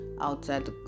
outside